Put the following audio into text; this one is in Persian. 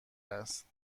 است